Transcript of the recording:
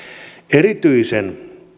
erityisen